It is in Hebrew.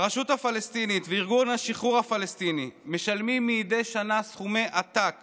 הרשות הפלסטינית וארגון השחרור הפלסטיני משלמים מדי שנה סכומי עתק